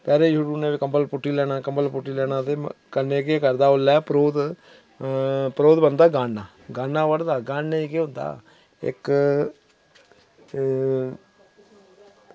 पैरें छोड़ी ओड़ने ते कंबल पुट्टी लैना कंबल पुट्टी लैना ते कन्नै केह् करदा उसलै परोह्त परोह्त बन्नदा गान्ना गान्ना बड़दा गान्ने ई केह् होंदा इक एह्